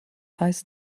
heißt